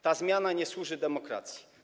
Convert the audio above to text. Ta zmiana nie służy demokracji.